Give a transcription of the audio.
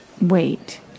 Wait